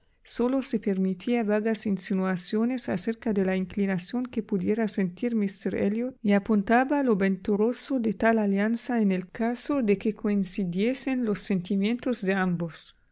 sólo se permitía vagas insinuaciones acerca de la inclinación que pudiera sentir míster elliot y apuntaba lo venturoso de tal alianza en el caso de que coincidiesen los sentimientos de ambos